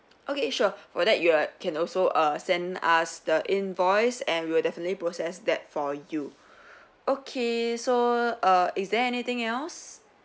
okay sure for that you ar~ can also err send us the invoice and we will definitely process that for you okay so err is there anything else